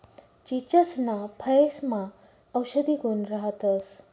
चीचसना फयेसमा औषधी गुण राहतंस